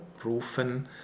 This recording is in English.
Rufen